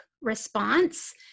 response